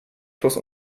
plus